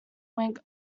wing